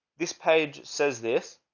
this page says, this